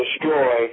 destroy